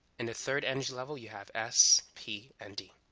in the third energy level you have s p and d.